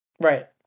right